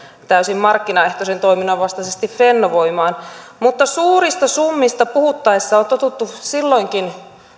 täysin markkinaehtoisen toiminnan vastaisesti fennovoimaan mutta suurista summista on on totuttu silloinkin